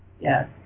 yes